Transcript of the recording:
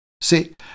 See